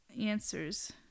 answers